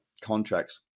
contracts